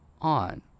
on